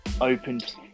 opened